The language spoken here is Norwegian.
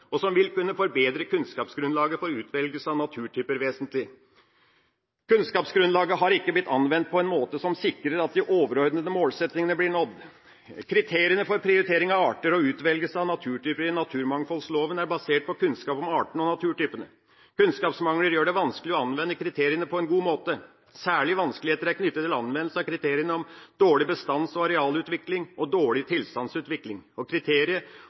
og som vil kunne forbedre kunnskapsgrunnlaget for utvelgelse av naturtyper vesentlig. Kunnskapsgrunnlaget har ikke blitt anvendt på en måte som sikrer at de overordnede målsettingene blir nådd. Kriteriene for prioritering av arter og utvelgelse av naturtyper i naturmangfoldloven er basert på kunnskap om artene og naturtypene. Kunnskapsmangler gjør det vanskelig å anvende kriteriene på en god måte. Særlige vanskeligheter er knyttet til anvendelse av kriteriene om dårlig bestands- og arealutvikling og dårlig tilstandsutvikling og